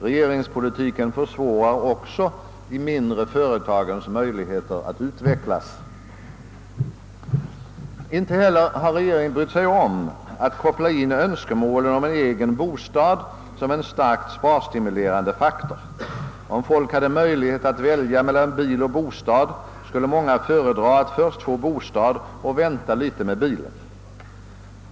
Regeringspolitiken minskar också de mindre företagens möjligheter att utvecklas. Inte heller har regeringen brytt sig om att koppla in önskemålet om en egen bostad som en starkt sparstimulerande faktor. Om folk hade möjlighet att välja mellan bil och bostad skulle många föredra att först få bostad och vänta litet med bilen.